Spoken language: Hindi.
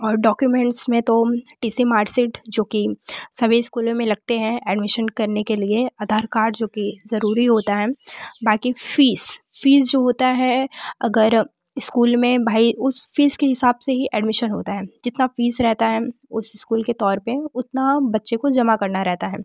और डॉक्योमेंट्स में तो टी सी मार्कशीट जो कि सभी स्कूलों में लगते हैं एडमिशन करने के लिए अधार कार्ड जो कि ज़रूरी होता है बाकी फीस फीस जो होता है अगर स्कूल में भाई उस फीस के हिसाब से ही एडमिशन होता है जितना फीस रहता है उस स्कूल के तौर पर उतना बच्चे को जमा करना रहता है